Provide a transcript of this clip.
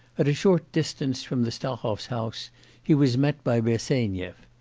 at a short distance from the stahov's house he was met by bersenyev.